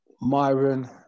Myron